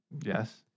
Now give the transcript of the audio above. Yes